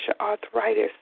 Arthritis